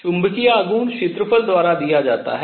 चुंबकीय आघूर्ण क्षेत्रफल द्वारा दिया जाता है